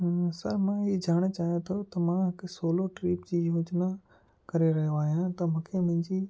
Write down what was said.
हुन सां मां ईअं ॼाणणु चाहियां थो त मां हिकु सोलो ट्रिप जी योजना करे रहियो आहियां न मूंखे मुंहिंजी